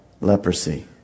leprosy